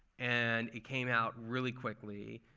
and it came out really quickly.